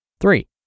Three